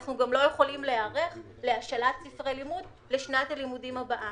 אנחנו גם לא יכולים להיערך להשאלת ספרי לימוד לשנת הלימודים הבאה.